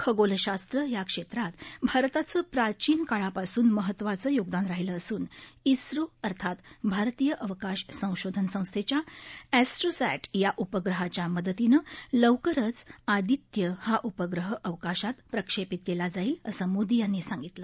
खगोल शास्त्र या क्षेत्रात भारताचं प्राचीन काळापासून महत्वाचं योगदान राहिलं असून इस्रो अर्थात भारतीय अवकाश संशोधन संस्थेच्या एस्ट्रोसॅट या उपग्रहाच्या मदतीनं लवकरच आदित्य हा उपग्रह अवकाशात प्रक्षेपित केला जाईल असं मोदी यांनी सांगितलं